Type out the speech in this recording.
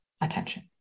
attention